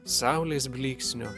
saulės blyksnio